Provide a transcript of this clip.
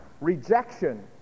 Rejection